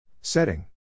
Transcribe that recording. Setting